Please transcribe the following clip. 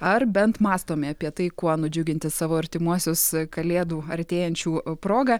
ar bent mąstome apie tai kuo nudžiuginti savo artimuosius kalėdų artėjančių proga